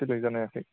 select जानो हायाखै